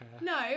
No